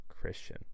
christian